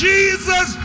Jesus